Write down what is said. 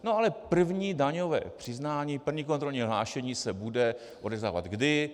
No ale první daňové přiznání, první kontrolní hlášení se bude odevzdávat kdy?